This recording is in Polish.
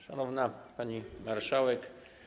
Szanowna Pani Marszałek!